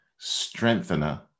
strengthener